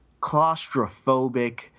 claustrophobic